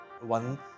one